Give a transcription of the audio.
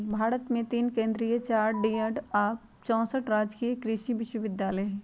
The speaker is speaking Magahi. भारत मे तीन केन्द्रीय चार डिम्ड आ चौसठ राजकीय कृषि विश्वविद्यालय हई